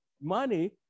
money